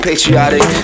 Patriotic